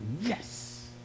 yes